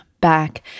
back